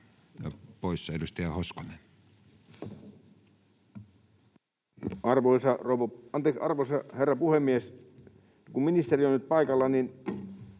poissa. — Edustaja Hoskonen. Arvoisa herra puhemies! Kun ministeri on nyt paikalla: